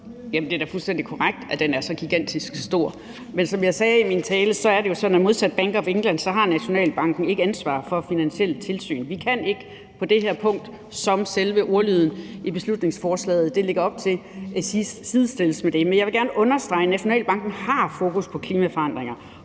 (S): Det er da fuldstændig korrekt, at den er så gigantisk stor. Men som jeg sagde i min tale, er det jo sådan, at Nationalbanken – modsat Bank of England – ikke har ansvar for finansielle tilsyn. Vi kan ikke på det her punkt, som selve ordlyden i beslutningsforslaget lægger op til, sidestilles med det. Men jeg vil gerne understrege, at Nationalbanken har fokus på klimaforandringer